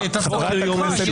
למה לא לתת הצהרות פתיחה?